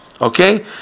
Okay